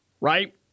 right